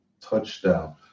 touchdown